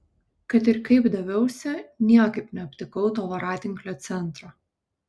kad ir kaip daviausi niekaip neaptikau to voratinklio centro